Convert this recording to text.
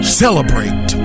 celebrate